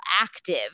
active